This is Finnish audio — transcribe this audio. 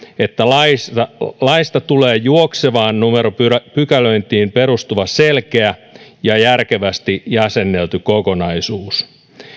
että laista tulee juoksevaan numeropykälöintiin perustuva selkeä ja järkevästi jäsennelty kokonaisuus